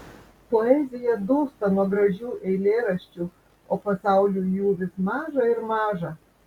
poezija dūsta nuo gražių eilėraščių o pasauliui jų vis maža ir maža